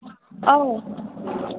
औ